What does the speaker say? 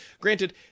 Granted